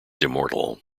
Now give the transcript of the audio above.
immortal